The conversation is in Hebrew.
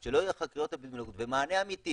עד שלא יהיו חקירות אפידמיולוגיות ומענה אמיתי